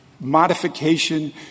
modification